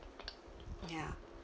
ya